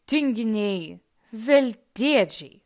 tinginiai veltėdžiai